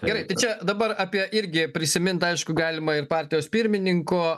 gerai tai čia dabar apie irgi prisimint aišku galima ir partijos pirmininko